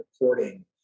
recording